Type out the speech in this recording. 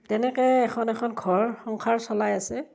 তেনেকৈ এখন এখন ঘৰ সংসাৰ চলাই আছে